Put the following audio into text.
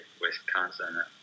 Wisconsin